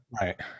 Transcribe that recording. Right